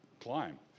climb